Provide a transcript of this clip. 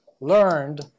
learned